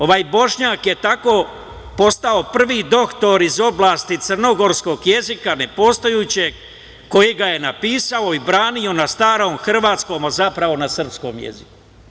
Ovaj Bošnjak je tako postao prvi doktor iz oblasti crnogorskog jezika, nepostojećeg, koji ga je napisao i branio na starom hrvatskom, a zapravo na srpskom jeziku.